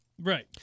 right